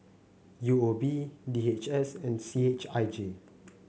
U O B D H S and C H I J